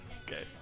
Okay